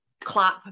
clap